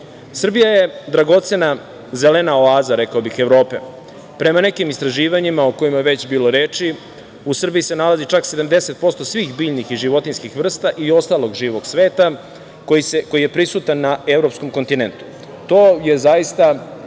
je dragocena zelena oaza, rekao bih Evrope, prema nekim istraživanjima o kojima je već bilo reči, u Srbiji se nalazi čak 70% svih biljnih i životinjskih vrsta i ostalog živog sveta koji je prisutan na evropskom kontinentu. To je ogromno